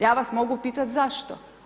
Ja vas mogu pitati zašto?